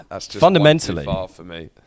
fundamentally